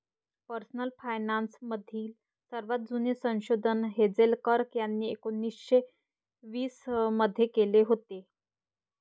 personal finance मधील सर्वात जुने संशोधन हेझेल कर्क यांनी एकोन्निस्से वीस मध्ये केले होते